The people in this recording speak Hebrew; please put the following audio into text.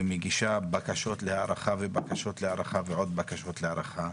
ומגישה בקשות להארכה ובקשות להארכה ועוד בקשות להארכה.